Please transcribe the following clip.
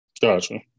Gotcha